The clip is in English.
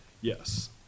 Yes